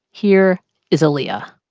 here is aaliyah